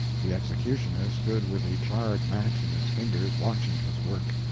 the executioner stood with the charred match in his fingers, watching his work.